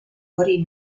hori